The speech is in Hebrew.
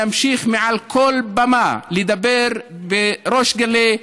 נמשיך מעל כל במה לדבר בריש גלי,